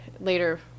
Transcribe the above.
later